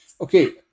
okay